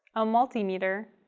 a multimeter,